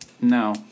No